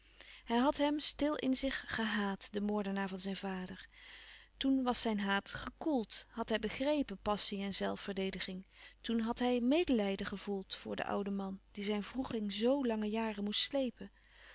hij had hem stil in zich gehaat den moordenaar van zijn vader toen was zijn haat gekoeld had hij begrepen passie en zelfverdediging toen had hij medelijden gevoeld voor den louis couperus van oude menschen de dingen die voorbij gaan ouden man die zijn wroeging zoo lange jaren moest slepen